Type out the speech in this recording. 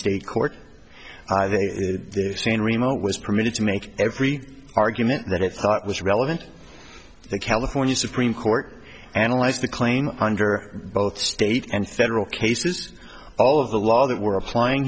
state court they say in remote was permitted to make every argument that i thought was relevant the california supreme court analyzed the claim under both state and federal cases all of the law that we're applying